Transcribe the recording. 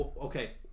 okay